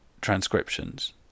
transcriptions